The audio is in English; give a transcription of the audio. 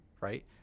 right